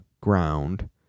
ground